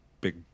big